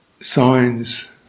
signs